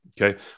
Okay